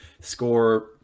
score